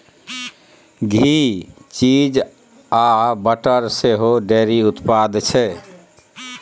घी, cheese आ butter सेहो dairy उत्पाद छै